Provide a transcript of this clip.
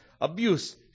Abuse